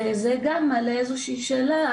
זה גם מעלה איזושהי שאלה,